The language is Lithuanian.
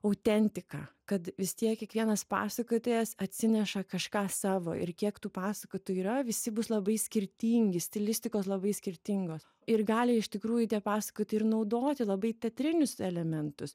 autentika kad vis tiek kiekvienas pasakotojas atsineša kažką savo ir kiek tų pasakotojų yra visi bus labai skirtingi stilistikos labai skirtingos ir gali iš tikrųjų tie pasakotojai ir naudoti labai teatrinius elementus